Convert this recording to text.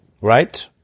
Right